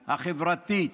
החברתית,